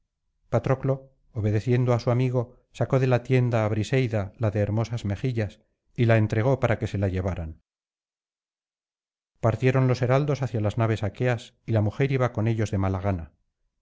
patroclo obedeciendo á su amigo sacó de la tienda á briseida la de hermosas mejillas y la entregó para que se la llevaran partieron los heraldos hacia las naves aqueas y la mujer iba con ellos de mala gana